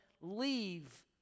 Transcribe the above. leave